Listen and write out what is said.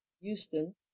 Houston